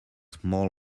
small